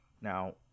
Now